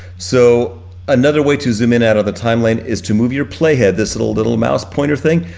so another way to zoom in out of the timeline is to move your playhead, this little little mouse pointer thing,